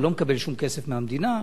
הוא לא מקבל שום כסף מהמדינה.